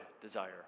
desire